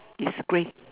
is grey